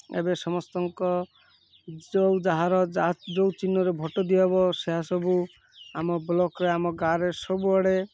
ଏବେ ସମସ୍ତଙ୍କ ଯେଉଁ ଯାହାର ଯେଉଁ ଚିହ୍ନରେ ଭୋଟ୍ ଦିଆହବ ସେ ସବୁ ଆମ ବ୍ଲକ୍ରେ ଆମ ଗାଁରେ ସବୁଆଡ଼େ